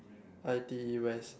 I_T_E West